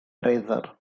treasure